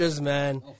man